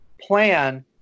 plan